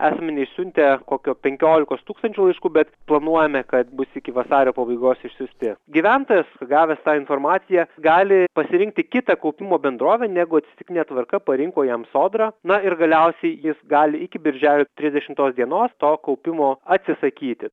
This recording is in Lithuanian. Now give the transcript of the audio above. asmenys siuntė kokio penkiolikos tūkstančių laiškų bet planuojame kad bus iki vasario pabaigos išsiųsti gyventojas gavęs tą informaciją gali pasirinkti kitą kaupimo bendrovę negu atsitiktine tvarka parinko jam sodra na ir galiausiai jis gali iki birželio trisdešimtos dienos to kaupimo atsisakyti